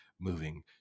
moving